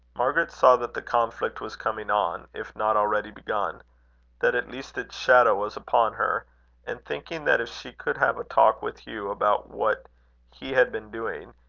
margaret saw that the conflict was coming on, if not already begun that at least its shadow was upon her and thinking that if she could have a talk with hugh about what he had been doing,